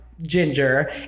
Ginger